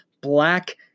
Black